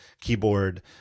keyboard